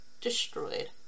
destroyed